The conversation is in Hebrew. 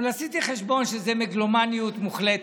אבל עשיתי חשבון שזאת מגלומניות מוחלטת.